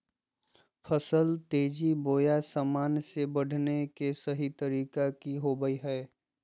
फसल तेजी बोया सामान्य से बढने के सहि तरीका कि होवय हैय?